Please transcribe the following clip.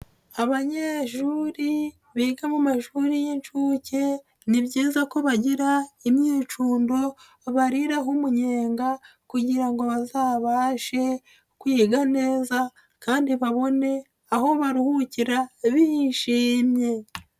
Abanyeshuri biga mu mashuri y'inshuke ni byiza ko bagira imyicundo bariraho umunyenga kugira ngo bazabashe kwiga neza kandi babone aho baruhukira bishimye.